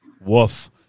Woof